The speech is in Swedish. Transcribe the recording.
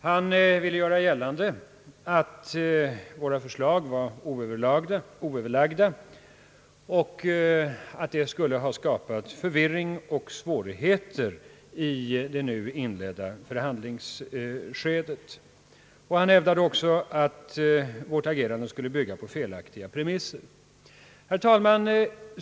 Han ville göra gällande, att våra förslag var oöver lagda och att detta hade skapat förvirring och svårigheter i det nu inledda förhandlingsskedet. Han hävdade också att vårt agerande skulle bygga på felaktiga premisser. Herr talman!